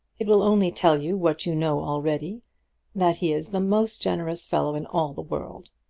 it will only tell you what you know already that he is the most generous fellow in all the world.